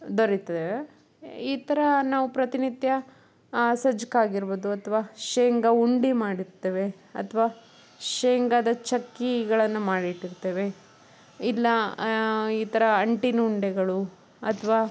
ದೊರೆಯುತ್ತದೆ ಈ ಥರ ನಾವು ಪ್ರತಿನಿತ್ಯ ಸಜ್ಜಕ ಆಗಿರ್ಬೋದು ಅಥವಾ ಶೇಂಗಾ ಉಂಡೆ ಮಾಡಿರ್ತೇವೆ ಅಥವಾ ಶೇಂಗಾದ ಚಿಕ್ಕಿಗಳನ್ನು ಮಾಡಿಟ್ಟಿರುತ್ತೇವೆ ಇಲ್ಲ ಈ ಥರ ಅಂಟಿನ ಉಂಡೆಗಳು ಅಥವಾ